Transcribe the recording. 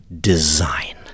design